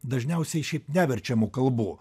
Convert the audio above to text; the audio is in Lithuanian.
dažniausiai šiaip neverčiamų kalbų